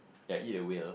and eat a whale